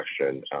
question